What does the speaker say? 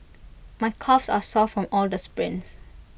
my calves are sore from all the sprints